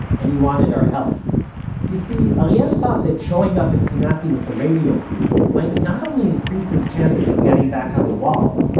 and he wanted our help you see, ariel ah yeah thought that showing up at pinati with a radio crew might not only increase his chances of getting back on the wall,